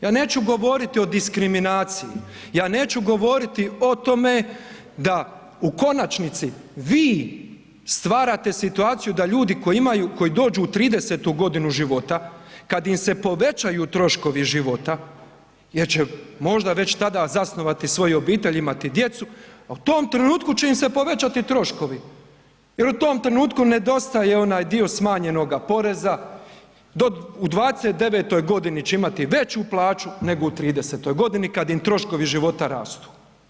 Ja neću govoriti o diskriminaciji, ja neću govoriti o tome da u konačnici vi stvarate situaciju da ljudi koji dođu u 30. godinu života, kada im se povećaju troškovi života jer će možda već tada zasnovati svoju obitelj, imati djece, a u tom trenutku će im se povećati troškovi jel u tom trenutku nedostaje onaj dio smanjenoga poreza u 29. godini će imati veću plaću nego u 30. godini kada im troškovi života rastu.